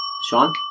Sean